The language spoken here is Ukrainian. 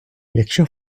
якщо